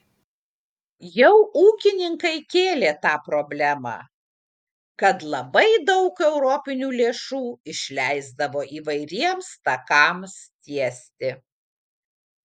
jau ūkininkai kėlė tą problemą kad labai daug europinių lėšų išleisdavo įvairiems takams tiesti